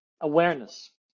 Awareness